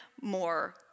more